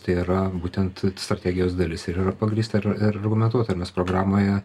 tai yra būtent strategijos dalis ir yra pagrįsta ar argumentuota nes programoje